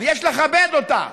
ויש לכבד אותה.